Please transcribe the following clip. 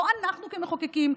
לא אנחנו כמחוקקים,